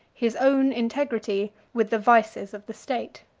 his own integrity with the vices of the state.